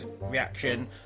reaction